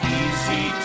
easy